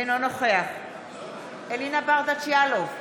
אינו נוכח אלינה ברדץ' יאלוב,